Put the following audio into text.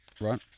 right